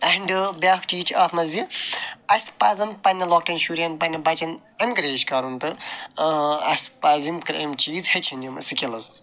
and بیٛاکھ چیٖز چھِ اَتھ منٛز یہِ اَسہِ پَزَن پَنٛنٮ۪ن لۄکٹٮ۪ن شُرٮ۪ن پَنٛنٮ۪ن بَچن اٮ۪نکَریج کَرُن تہٕ اَسہِ پَزَن یِم چیٖز ہیٚچھِنۍ یِم سِکِلٕز